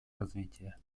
развития